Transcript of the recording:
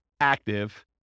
active